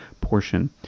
portion